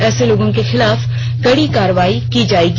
ऐसे लोगों के खिलाफ कड़ी कार्रवाई की जाएगी